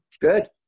Good